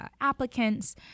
applicants